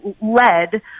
led